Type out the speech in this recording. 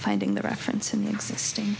finding the reference in the existing